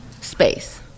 space